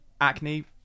acne